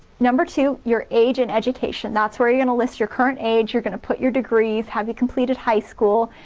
number two your age and education. that's where you're gonna list your current age, you're gonna put your degrees have you completed high school,